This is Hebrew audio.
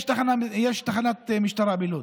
יש תחנת משטרה בלוד.